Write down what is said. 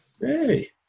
Hey